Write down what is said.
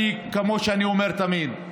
אני, כמו שאני אומר תמיד: